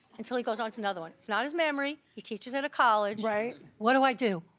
until he goes on to another one. it's not his memory, he teaches at a college. right. what do i do?